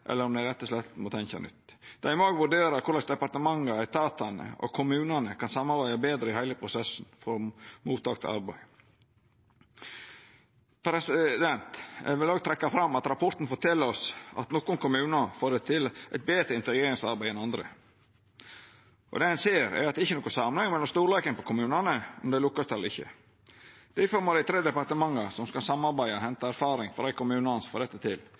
eller om dei rett og slett må tenkja nytt. Dei må òg vurdera korleis departementa, etatane og kommunane kan samarbeida betre i heile prosessen frå mottak til arbeid. Eg vil òg trekkja fram at rapporten fortel oss at nokre kommunar får til eit betre integreringsarbeid enn andre. Det ein ser, er at det ikkje er nokon samanheng mellom storleiken på kommunane og om dei lukkast eller ikkje. Difor må dei tre departementa som skal samarbeida, henta erfaring frå dei kommunane, både små og store, som får dette til.